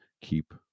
keep